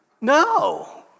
No